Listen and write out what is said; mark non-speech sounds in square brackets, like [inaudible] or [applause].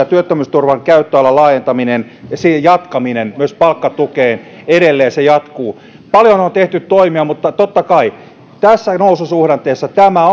[unintelligible] työttömyysturvan käyttöalan laajentaminen ja sen jatkaminen myös palkkatukeen edelleen jatkuu paljon on tehty toimia mutta totta kai tässä noususuhdanteessa tämä [unintelligible]